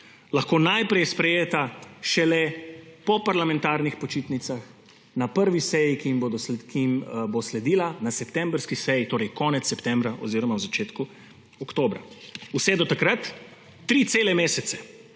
lahko najprej sprejeta šele po parlamentarnih počitnicah na prvi seji, ki jim bo sledila, na septembrski seji, torej konec septembra oziroma v začetku oktobra. Vse do takrat bo tri cele mesece